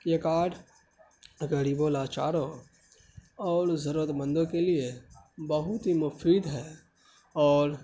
یہ کارڈ غریبوں لاچاروں اور ضرورتمندوں کے لیے بہت ہی مفید ہے اور